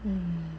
hmm